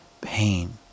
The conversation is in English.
pain